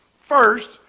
first